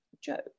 Joe